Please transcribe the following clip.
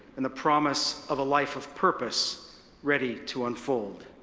and the promise of a life of purpose ready to unfold.